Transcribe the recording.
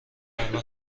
الان